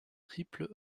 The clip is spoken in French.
triple